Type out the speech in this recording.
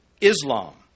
Islam